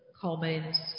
comments